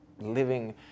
living